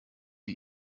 die